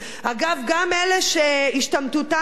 גם אלה שהשתמטותם אמונתם,